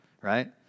right